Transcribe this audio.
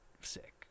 sick